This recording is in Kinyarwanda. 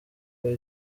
kuko